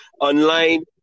online